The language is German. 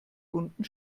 bunten